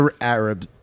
arab